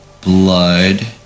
blood